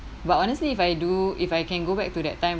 but honestly if I do if I can go back to that time